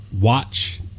watch